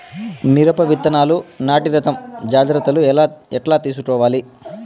మిరప విత్తనాలు నాటి రకం జాగ్రత్తలు ఎట్లా తీసుకోవాలి?